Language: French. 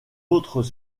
autres